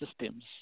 systems